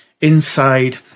inside